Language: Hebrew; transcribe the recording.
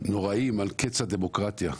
נוראיים על קץ הדמוקרטיה.